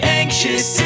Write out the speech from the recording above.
anxious